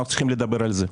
אנחנו צריכים לדבר על זה.